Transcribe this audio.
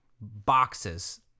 boxes